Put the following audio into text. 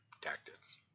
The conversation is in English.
tactics